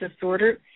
disorder